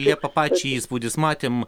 liepa pačiai įspūdis matėm